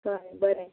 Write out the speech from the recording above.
बरें बरें